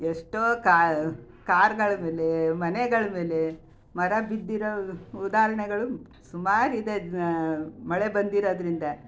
ಎಷ್ಟೋ ಕಾರುಗಳ ಮೇಲೆ ಮನೆಗಳ ಮೇಲೆ ಮರ ಬಿದ್ದಿರೋ ಉದಾಹರ್ಣೆಗಳು ಸುಮಾರಿದೆ ಮಳೆ ಬಂದಿರೋದರಿಂದ